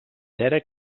cera